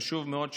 חשוב מאוד,